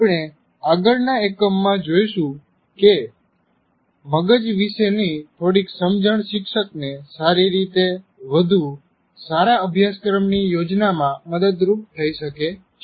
આપણે આગળના એકમમાં જોઈશું કે મગજ વિશેની થોડીક સમજણ શિક્ષકને સારી રીતે વધુ સારા અભ્યાસક્રમની યોજનામાં મદદરૂપ થઈ શકે છે